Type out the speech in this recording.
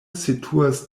situas